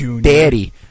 Daddy